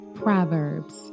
Proverbs